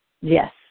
yes